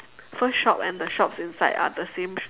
first shop and the shops inside are the same